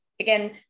Again